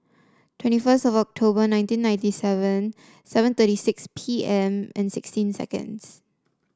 twenty first of October nineteen ninety seven seven thirty six P M and sixteen seconds